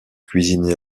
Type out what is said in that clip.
cuisiner